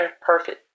perfect